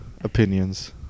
Opinions